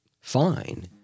fine